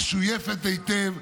משויפת היטב,